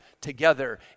together